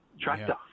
tractor